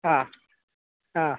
ಹಾಂ ಹಾಂ